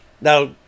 now